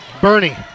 Bernie